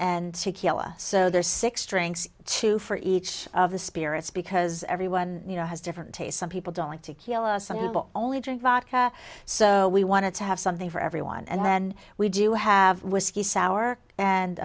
and so there's six drinks two for each of the spirits because everyone you know has different tastes some people don't want to kill us and it will only drink vodka so we wanted to have something for everyone and then we do have whiskey sour and